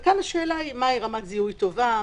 וכאן השאלה היא מהי רמת זיהוי טובה.